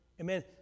Amen